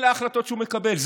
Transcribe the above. אלה ההחלטות שהוא מקבל.